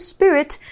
Spirit